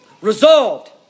Resolved